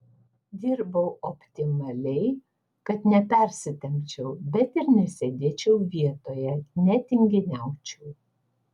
dirbau optimaliai kad nepersitempčiau bet ir nesėdėčiau vietoje netinginiaučiau